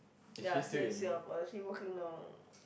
ya still in Singapore she working now